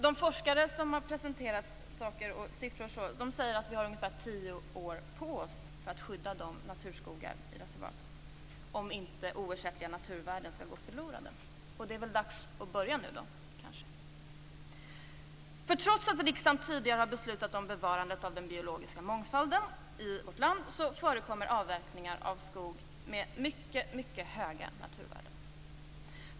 De forskare som har presenterat olika siffror säger att vi har ungefär tio år på oss när det gäller att skydda naturskogar i reservat; detta för att inte oersättliga naturvärden skall gå förlorade. Det är kanske dags att börja nu. Trots att riksdagen tidigare har beslutat om bevarandet av den biologiska mångfalden i vårt land förekommer det avverkning av skog med synnerligen höga naturvärden.